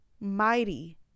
Mighty